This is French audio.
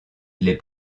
les